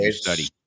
study